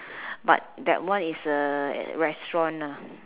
but that one is a restaurant